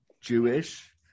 Jewish